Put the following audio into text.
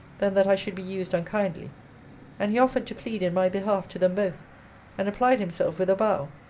than that i should be used unkindly and he offered to plead in my behalf to them both and applied himself with a bow,